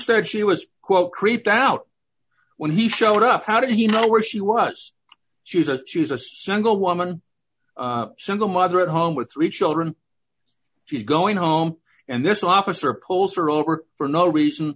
said she was quote creeped out when he showed up how do you know where she was she says she is a single woman single mother at home with three children she's going home and this officer pulls her over for no reason